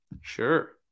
sure